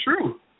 true